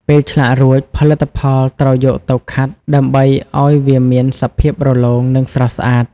ពេលឆ្លាក់រួច ផលិតផលត្រូវយកទៅខាត់ ដើម្បីឱ្យវាមានសភាពរលោង និងស្រស់ស្អាត។